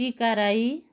टिका राई